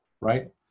right